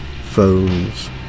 phones